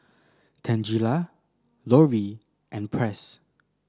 Tangela Lorie and Press